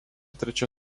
trečia